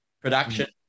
production